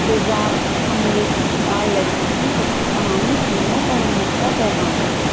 تذاب حملے کی شکار لڑکی کی سچی کہانی ہمت اور امید کا پیغام